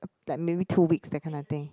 like maybe two weeks that kind of thing